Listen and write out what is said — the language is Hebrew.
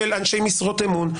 של אנשי משרות אמון,